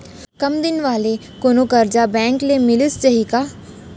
कम दिन वाले कोनो करजा बैंक ले मिलिस जाही का?